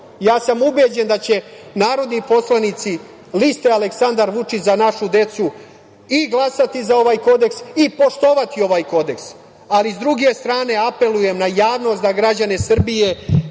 Ja sam ubeđen da će narodni poslanici liste Aleksandar Vučić – za našu decu i glasati za ovaj kodeks i poštovati ovaj kodeks.S druge strane, apelujem na javnost na građane Srbije